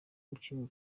umukinnyi